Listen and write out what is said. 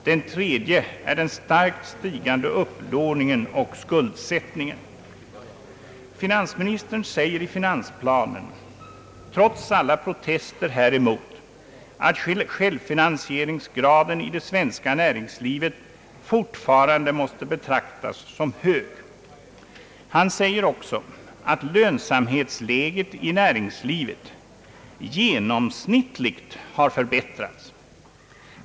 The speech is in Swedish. Det tredje är den starkt stigande upplåningen och skuldsättningen. Finansministern säger i finansplanen, trots alla protester häremot, att självfinansieringsgraden i det svenska näringslivet fortfarande måste betraktas såsom hög. Han säger också att lönsamhetsläget i näringslivet genomsnittligt har förbättrats.